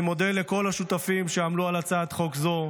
אני מודה לכל השותפים שעמלו על הצעת חוק זו,